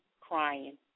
crying